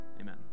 amen